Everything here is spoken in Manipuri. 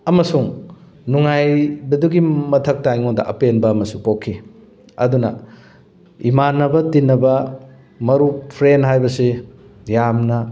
ꯑꯃꯁꯨꯡ ꯅꯨꯡꯉꯥꯏꯕꯗꯨꯒꯤ ꯃꯊꯛꯇ ꯑꯩꯉꯣꯟꯗ ꯑꯄꯦꯟꯕ ꯑꯃꯁꯨ ꯄꯣꯛꯈꯤ ꯑꯗꯨꯅ ꯏꯃꯥꯟꯅꯕ ꯇꯤꯟꯅꯕ ꯃꯔꯨꯞ ꯐ꯭ꯔꯦꯟ ꯍꯥꯏꯕꯁꯤ ꯌꯥꯝꯅ